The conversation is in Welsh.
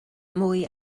mwy